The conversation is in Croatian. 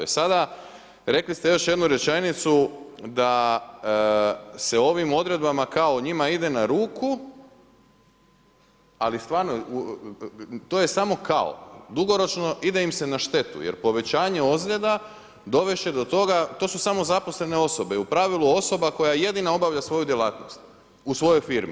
E sada, rekli ste još jednu rečenicu da se ovim odredbama kao njima ide na ruku ali stvarno, to je samo kao, dugoročno ide im se na štetu jer povećanje ozljeda dovest će do toga, to su samozaposlene osobe, u pravilu osoba koja jedina obavlja svoju djelatnost, u svojoj firmi.